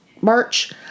merch